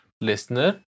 Listener